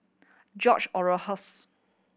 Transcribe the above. George